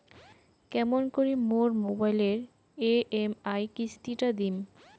কেমন করি মোর মোবাইলের ই.এম.আই কিস্তি টা দিম?